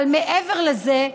אבל מעבר לזה,